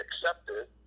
accepted